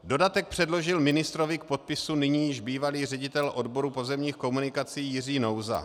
Dodatek předložil ministrovi k podpisu nyní již bývalý ředitel odboru pozemních komunikací Jiří Nouza.